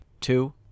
two